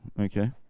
okay